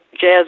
jazz